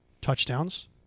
touchdowns